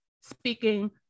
speaking